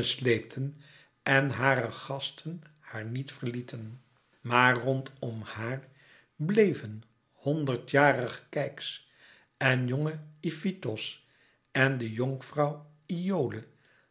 sleepten en hare gasten haar niet verlieten maar rondom haar bleven honderdjarige keyx en jonge ifitos en de jonkvrouw iole